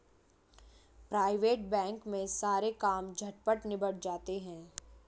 private bank में सारे काम झटपट निबट जाते हैं